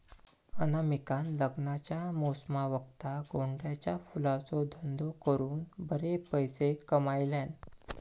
अनामिकान लग्नाच्या मोसमावक्ता गोंड्याच्या फुलांचो धंदो करून बरे पैशे कमयल्यान